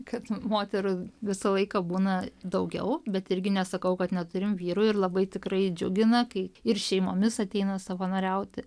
kad moterų visą laiką būna daugiau bet irgi nesakau kad neturim vyrų ir labai tikrai džiugina kai ir šeimomis ateina savanoriauti